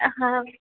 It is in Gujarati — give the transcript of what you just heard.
અં હા